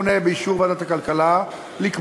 ובאה הרשות הלאומית לכלכלה במשרד ראש